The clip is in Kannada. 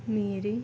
ಮೀರಿ